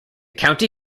county